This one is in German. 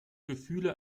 gefühle